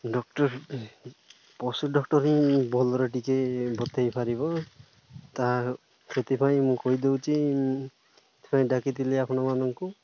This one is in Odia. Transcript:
ଡକ୍ଟର ପଶୁ ଡକ୍ଟର ହିଁ ଭଲରେ ଟିକେ ବତାଇ ପାରିବ ତ ସେଥିପାଇଁ ମୁଁ କହିଦେଉଛି ସେଥିପାଇଁ ଡାକିଥିଲି ଆପଣମାନଙ୍କୁ